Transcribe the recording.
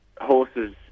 horses